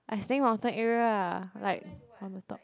I staying mountain area lah like on top